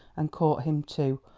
and caught him too!